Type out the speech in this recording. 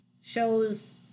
shows